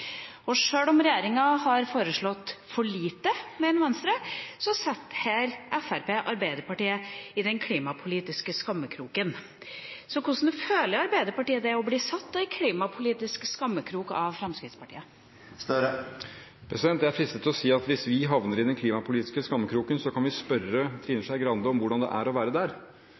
regjeringa har foreslått for lite, setter Fremskrittspartiet her Arbeiderpartiet i den klimapolitiske skammekroken. Hvordan føler Arbeiderpartiet det er å bli satt i den klimapolitiske skammekroken av Fremskrittspartiet? Jeg er fristet til å si at hvis vi havner i den klimapolitiske skammekroken, kan vi spørre Trine Skei Grande om hvordan det er å være der.